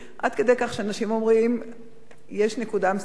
עד כדי כך שאנשים אומרים שיש נקודה מסוימת